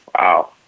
Wow